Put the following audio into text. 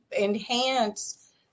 enhance